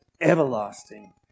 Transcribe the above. everlasting